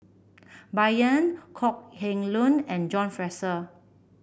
Bai Yan Kok Heng Leun and John Fraser